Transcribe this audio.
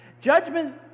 Judgment